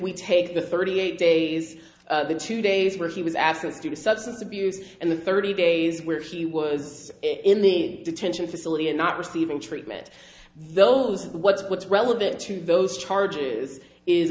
we take the thirty eight days in two days where she was asked to do a substance abuse in the thirty days where she was in the detention facility and not receiving treatment those what's what's relevant to those charges is